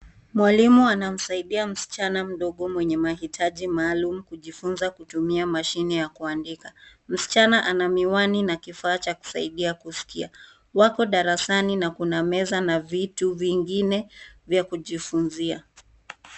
Mwalimu anamsaidia msichana mdogo mwenye mahitaji maalumu kujifunza kutumia mashine ya kuandika. Msichana ana miwani na kifaa cha kusaidia kusikia. Wako darasani na kuna meza na vitu vingine vya kujifunzia.